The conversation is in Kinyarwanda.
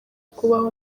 kubaho